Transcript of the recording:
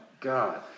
God